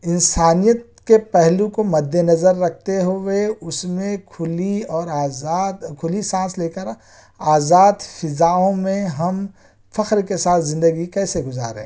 انسانیت کے پہلو کو مد نظر رکھتے ہوئے اس میں کھلی اور آزاد کھلی سانس لے کر آزاد فضاؤں میں ہم فخر کے ساتھ زندگی کیسے گزاریں